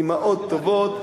אמהות טובות,